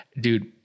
Dude